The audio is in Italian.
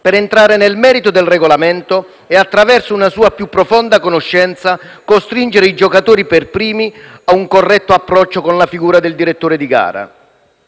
per entrare nel merito del regolamento e, attraverso una sua più profonda conoscenza, costringere i giocatori per primi a un corretto approccio con la figura del direttore di gara.